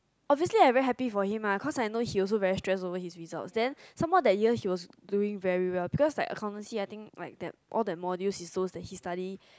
obviously I very happy for him ah cause I know he very stress for his result then some more that year he was doing very well because like accountancy I think like that all the module like his so he study